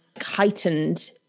heightened